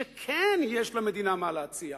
שכן יש למדינה מה להציע,